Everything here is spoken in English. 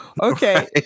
Okay